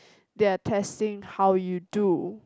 they're testing how you do